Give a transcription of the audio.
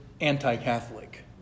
anti-Catholic